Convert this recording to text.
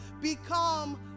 become